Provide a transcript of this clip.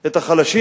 את החלשים,